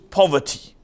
poverty